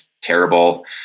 terrible